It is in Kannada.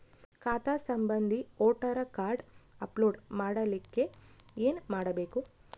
ಖಾತಾ ಸಂಬಂಧಿ ವೋಟರ ಕಾರ್ಡ್ ಅಪ್ಲೋಡ್ ಮಾಡಲಿಕ್ಕೆ ಏನ ಮಾಡಬೇಕು?